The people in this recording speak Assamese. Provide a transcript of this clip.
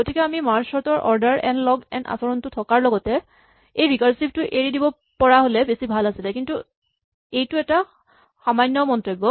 গতিকে আমি মাৰ্জ চৰ্ট ৰ অৰ্ডাৰ এন লগ এন আচৰণটো থকাৰ লগতে এই ৰিকাৰছিভ টো এৰি দিব পৰা হ'লে বেছি ভাল আছিলে কিন্তু এইটো এটা সামান্য মন্তব্য